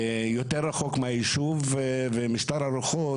כן, החדש.